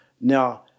Now